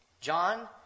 John